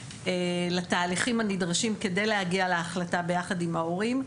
לתהליכים הנדרשים כדי להגיע להחלטה ביחד עם ההורים,